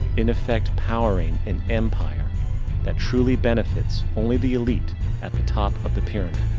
in effect powering an empire that truly benefits only the elite at the top of the pyramid.